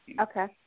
Okay